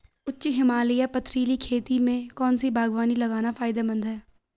उच्च हिमालयी पथरीली खेती में कौन सी बागवानी लगाना फायदेमंद है?